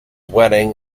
wedding